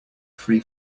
free